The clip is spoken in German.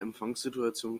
empfangssituation